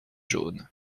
jaunes